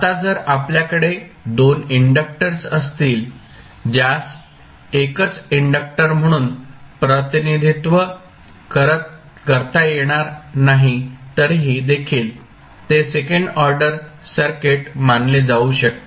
आता जर आपल्याकडे दोन इंडक्टर्स असतील ज्यास एकच इंडक्टर म्हणून प्रतिनिधित्व करता येणार नाही तरीही देखील ते सेकंड ऑर्डर सर्किट मानले जाऊ शकते